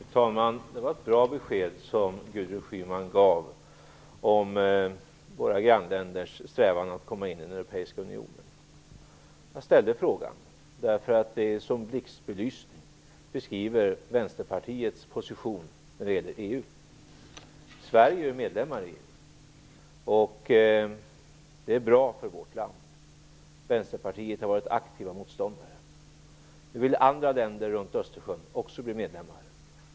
Fru talman! Det var ett bra besked Gudrun Schyman gav om våra grannländers strävan att komma in i den europeiska unionen. Jag ställde frågan för att den i blixtbelysning beskriver Vänsterpartiets position när det gäller EU. Sverige är ju medlemmar i EU, och det är bra för vårt land. Vänsterpartiet har varit aktiva motståndare. Nu vill andra länder runt Östersjön också bli medlemmar.